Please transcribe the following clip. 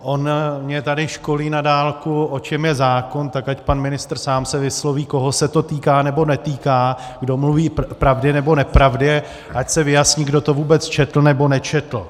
On mě tady školí na dálku, o čem je zákon, tak ať pan ministr sám se vysloví, koho se to týká nebo netýká, kdo mluví pravdy nebo nepravdy, ať se vyjasní, kdo to vůbec četl nebo nečetl.